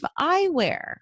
eyewear